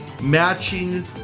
matching